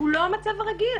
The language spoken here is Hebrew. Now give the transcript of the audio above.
הוא לא המצב הרגיל.